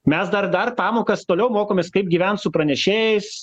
mes dar dar pamokas toliau mokomės kaip gyvent su pranešėjais